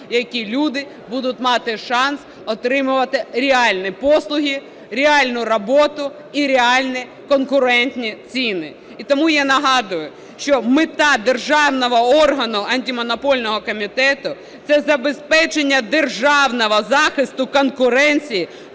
якій люди будуть мати шанс отримувати реальні послуги, реальну роботу і реальні конкурентні ціни. І тому я нагадую, що мета державного органу Антимонопольного комітету – це забезпечення державного захисту конкуренції